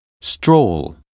Stroll